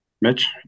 Mitch